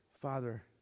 Father